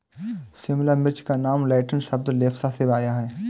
शिमला मिर्च का नाम लैटिन शब्द लेप्सा से आया है